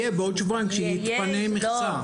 יהיה בעוד שבועיים כשיתפנה מכסה.